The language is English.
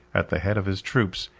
at the head of his troops,